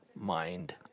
Mind